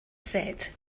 set